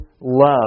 love